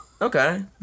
Okay